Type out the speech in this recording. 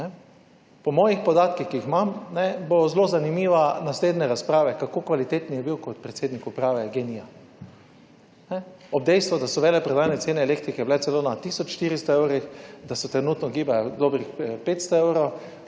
Po mojih podatkih, ki jih imam bo zelo zanimiva naslednje razprave kako kvaliteten je bil kot predsednik uprave Gen-i ob dejstvu, da so veleprodajne cene elektrike bile celo na tisoč štiristo evrih, da se trenutno gibajo dobrih petsto